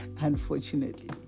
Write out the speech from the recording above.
unfortunately